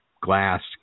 glass